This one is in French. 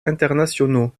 internationaux